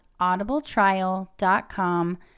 audibletrial.com